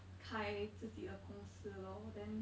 开自己的公司 lor then